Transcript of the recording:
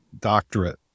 doctorate